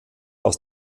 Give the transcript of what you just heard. aus